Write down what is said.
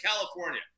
California